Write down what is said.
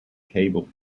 table